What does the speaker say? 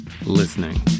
listening